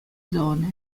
zone